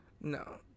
no